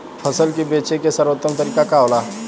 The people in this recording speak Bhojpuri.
फसल के बेचे के सर्वोत्तम तरीका का होला?